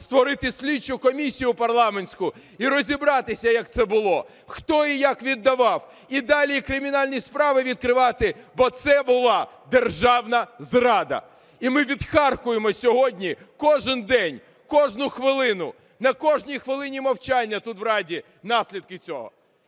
створити слідчу комісію парламентську і розібратися, як це було, хто і як віддав, і далі кримінальні справи відкривати, бо це була державна зрада. І ми відхаркуємо сьогодні, кожен день, кожну хвилину, на кожній хвилині мовчання тут в Раді наслідки цього.